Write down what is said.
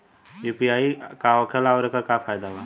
UPI का होखेला आउर एकर का फायदा बा?